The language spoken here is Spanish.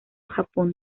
japón